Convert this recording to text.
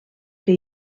que